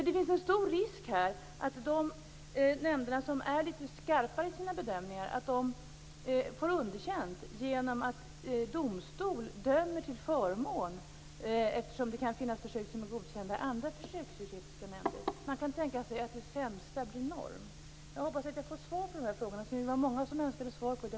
Det finns en stor risk för att de nämnder som är litet skarpare i sina bedömningar får underkänt genom domstolens dom eftersom det kan finnas försök som är godkända i andra djurförsöksetiska nämnder. Man kan tänka sig att det sämsta blir norm. Jag hoppas att jag får svar på de här frågorna. Vi var många som önskade svar i den debatt vi hade i februari här i kammaren.